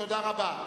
תודה רבה.